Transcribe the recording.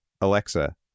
alexa